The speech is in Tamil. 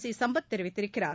சிசம்பத் தெரிவித்திருக்கிறார்